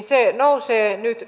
se nousee nyt